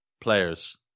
players